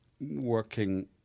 Working